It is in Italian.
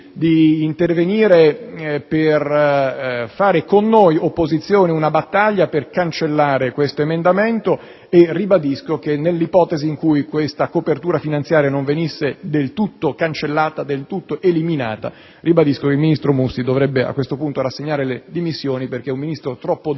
di intervenire per fare, con noi opposizione, una battaglia per cancellare questo emendamento e ribadisco che, nell'ipotesi in cui questa copertura finanziaria non venisse del tutto eliminata, il ministro Mussi dovrebbe a questo punto rassegnare le dimissioni perché un Ministro troppo debole